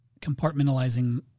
compartmentalizing